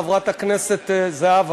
חברת הכנסת זהבה,